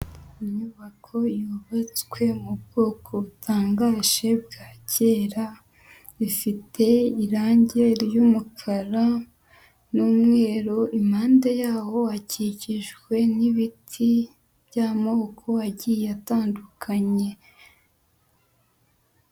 Inyubako yubatswe mu bwoko butangaje bwa kera ifite irangi ry'umukara n'umweru, impande yaho akikijwe n'ibiti by'amoko agiye atandukanye.